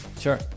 Sure